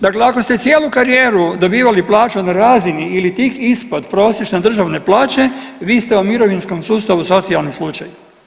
Dakle, ako ste cijelu karijeru dobivali plaću na razini ili tik ispod prosječne državne plaće vi ste u mirovinskom sustavu socijalni slučaj.